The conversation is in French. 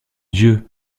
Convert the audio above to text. dieu